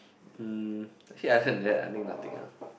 um actually other than that nothing ah